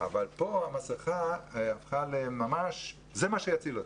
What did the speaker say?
אבל כאן המסכה הפכה למה שיציל אותנו.